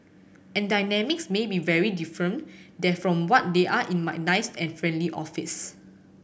and dynamics may be very different there from what they are in my nice and friendly office